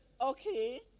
Okay